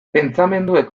pentsamenduek